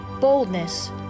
boldness